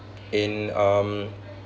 in um